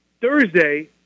Thursday